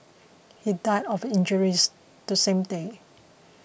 he died of his injuries the same day